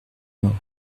mort